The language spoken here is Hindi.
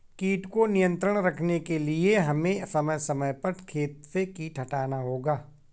कीट को नियंत्रण रखने के लिए हमें समय समय पर खेत से कीट हटाना होगा